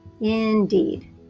Indeed